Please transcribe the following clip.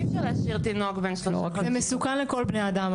אי אפשר להשאיר תינוק בן שלושה חודשים --- זה מסוכן לכל בן-אדם,